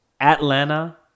Atlanta